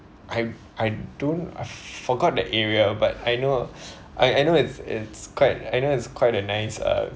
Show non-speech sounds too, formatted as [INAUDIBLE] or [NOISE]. I I don't I forgot that area but I know [BREATH] I I know it's it's quite I know it's quite a nice uh